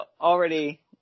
already